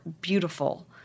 beautiful